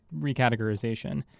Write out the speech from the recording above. recategorization